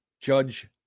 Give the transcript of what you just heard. Judge